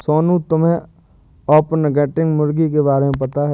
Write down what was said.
सोनू, तुम्हे ऑर्पिंगटन मुर्गी के बारे में पता है?